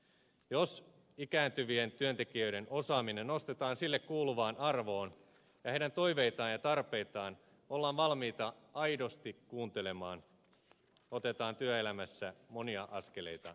jos ikääntyvien työntekijöiden osaaminen nostetaan sille kuuluvaan arvoon ja heidän toiveitaan ja tarpeitaan ollaan valmiita aidosti kuuntelemaan otetaan työelämässä monia askeleita eteenpäin